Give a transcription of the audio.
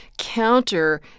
counter